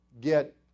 get